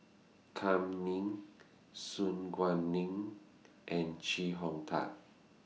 Kam Ning Su Guaning and Chee Hong Tat